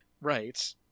Right